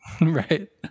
right